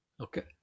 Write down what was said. Okay